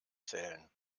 zählen